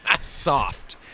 Soft